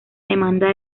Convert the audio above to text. demanda